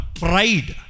pride